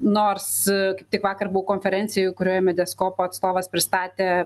nors kaip tik vakar buvau konferencijoj kurioj mediaskopo atstovas pristatė